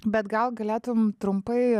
bet gal galėtum trumpai